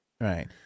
Right